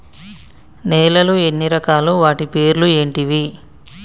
నేలలు ఎన్ని రకాలు? వాటి పేర్లు ఏంటివి?